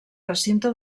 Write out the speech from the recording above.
recinte